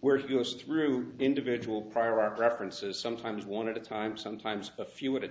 where it goes through individual prior art references sometimes one at a time sometimes a few at a